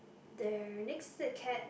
there next to the cat